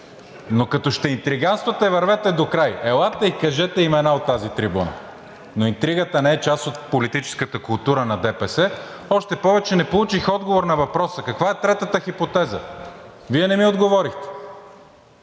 но като ще интригантствате, вървете докрай. Елате и кажете имена от тази трибуна. Но интригата не е част от политическата култура на ДПС. Още повече не получих отговор на въпроса каква е третата хипотеза? Вие не ми отговорихте!